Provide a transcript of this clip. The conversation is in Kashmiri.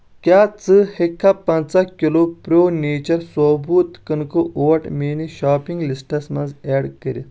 کیٛاہ ژٕ ہٮ۪کٕکھا پَنٛژاہ کِلوٗ پرٛو نیچر ثوبوٗت کٕنکہٕ اوٹ میٲنِس شاپنگ لسٹَس منٛز ایڈ کٔرِتھ